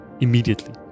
immediately